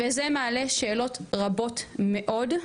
וזה מעלה שאלות רבות מאוד.